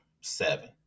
seven